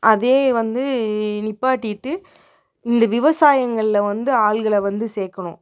அதே வந்து நிப்பாட்டிட்டு இந்த விவசாயங்கள்ல வந்து ஆளுங்ளை வந்து சேர்க்கணும்